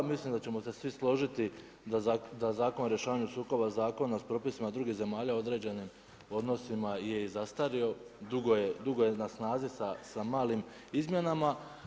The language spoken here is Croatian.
Mislim da ćemo se svi složiti da Zakon o rješavanju sukoba zakona s propisima drugih zemalja u određenim odnosima je i zastario, dugo je na snazi sa malim izmjenama.